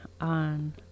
on